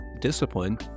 discipline